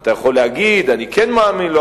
ואתה יכול להגיד: אני כן מאמין לו,